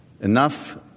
enough